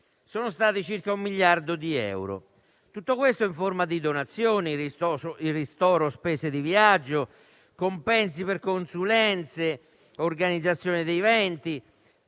ammontano a circa un miliardo di euro; tutto questo in forma di donazioni, ristoro di spese di viaggio, compensi per consulenze, organizzazione di eventi,